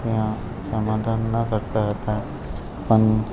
ત્યાં સમાધાન ન કરતાં હતા પણ